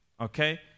Okay